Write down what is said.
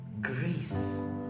grace